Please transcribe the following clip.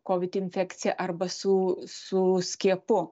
kovid infekcija arba su su skiepu